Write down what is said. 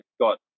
got